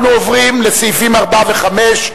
אנחנו עוברים לסעיפים 4 ו-5,